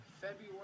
February